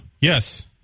yes